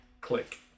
click